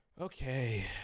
Okay